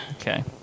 Okay